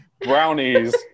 brownies